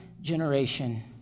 generation